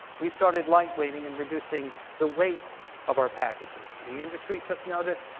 we started lightweighting and reducing the weight of our packages. the industry took notice,